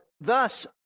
Thus